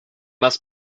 must